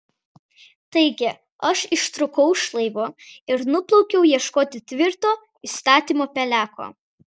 taigi aš ištrūkau iš laivo ir nuplaukiau ieškoti tvirto įstatymo peleko